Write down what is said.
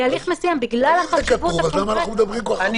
אם זה כתוב, למה אנחנו מדברים כל כך הרבה?